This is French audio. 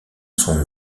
son